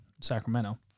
Sacramento